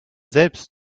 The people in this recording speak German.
selbst